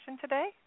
today